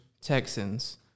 Texans